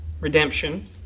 redemption